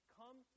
come